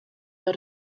der